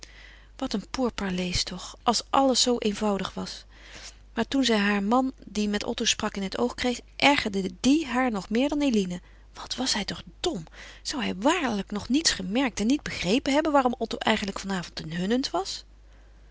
wat een pourparlers toch als alles zoo eenvoudig was maar toen zij haar man die met otto sprak in het oog kreeg ergerde die haar nog meer dan eline wat was hij toch dom zou hij waarlijk nog niets gemerkt en niet begrepen hebben waarom otto eigenlijk van avond ten hunnent was